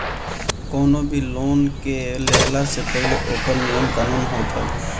कवनो भी लोन के लेहला से पहिले ओकर नियम कानून होत हवे